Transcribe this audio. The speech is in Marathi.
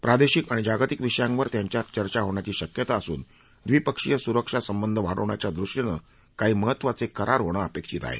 प्रादेशिक आणि जागतिक विषयांवर त्यांच्यात चर्चा होण्याची शक्यता असून द्विपक्षीय सुरक्षा संबंध वाढवण्याच्या दृष्टीनं काही महत्त्वाचे करार यावेळी होणं अपेक्षित आहे